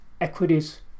equities